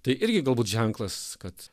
tai irgi galbūt ženklas kad